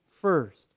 first